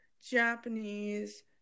Japanese